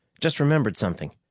just remembered something.